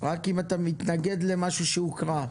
אם אתה מתנגד למשהו שהוקרא.